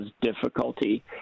difficulty